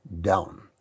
down